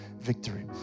victory